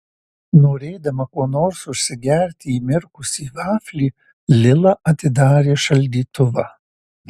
norėdama kuo nors užsigerti įmirkusį vaflį lila atidarė šaldytuvą